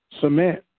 cement